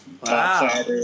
wow